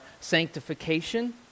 sanctification